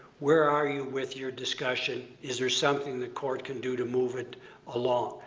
where are you with your discussion. is there something the court can do to move it along?